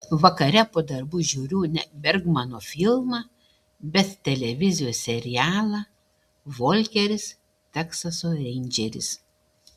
vakare po darbų žiūriu ne bergmano filmą bet televizijos serialą volkeris teksaso reindžeris